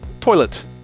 toilet